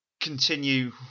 continue